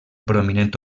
prominent